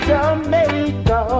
Jamaica